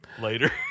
later